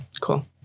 cool